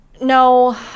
No